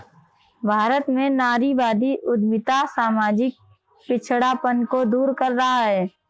भारत में नारीवादी उद्यमिता सामाजिक पिछड़ापन को दूर कर रहा है